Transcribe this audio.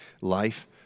life